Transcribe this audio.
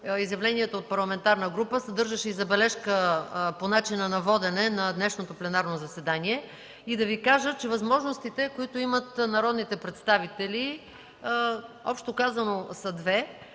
изявлението от името на парламентарна група съдържаше забележка по начина на водене на днешното пленарно заседание и да Ви кажа, че възможностите, които имат народните представители, общо казано, са две.